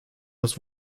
das